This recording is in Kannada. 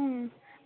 ಹ್ಞೂ